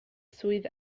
swydd